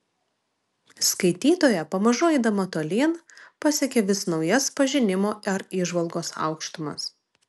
skaitytoja pamažu eidama tolyn pasiekia vis naujas pažinimo ar įžvalgos aukštumas